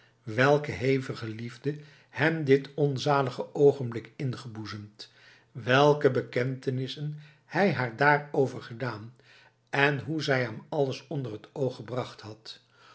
welke hevige liefde hem dit onzalige oogenblik ingeboezemd welke bekentenissen hij haar daarover gedaan en hoe zij hem alles onder t oog gebracht had